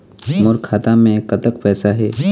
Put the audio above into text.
मोर खाता मे कतक पैसा हे?